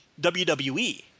WWE